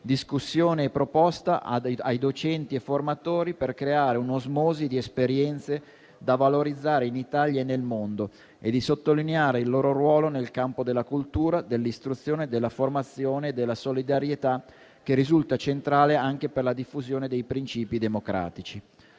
discussione e proposta a docenti e formatori, per creare un'osmosi di esperienze da valorizzare in Italia e nel mondo, e di sottolineare il loro ruolo nel campo della cultura, dell'istruzione, della formazione e della solidarietà, che risulta centrale anche per la diffusione dei principi democratici.